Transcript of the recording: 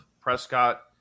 Prescott